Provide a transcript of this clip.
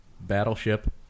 battleship